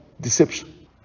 deception